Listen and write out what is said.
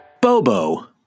Bobo